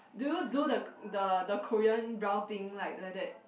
do you do the the the Korea brow thing like like that